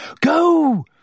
Go